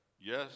yes